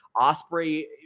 Osprey